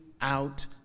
out